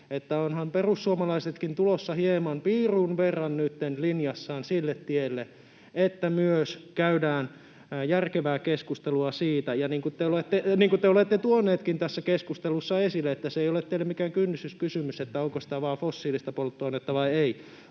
ovathan perussuomalaisetkin tulossa hieman, piirun verran nytten linjassaan sille tielle, että myös käydään järkevää keskustelua siitä. Niin kuin te olette tuoneetkin tässä keskustelussa esille, se ei ole teille mikään kynnyskysymys, onko sitä vain fossiilista polttoainetta vai ei.